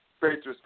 Patriots